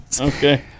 okay